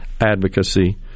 advocacy